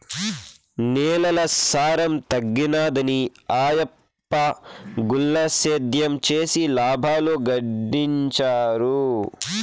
నేలల సారం తగ్గినాదని ఆయప్ప గుల్ల సేద్యం చేసి లాబాలు గడించినాడు